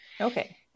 okay